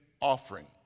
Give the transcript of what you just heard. offering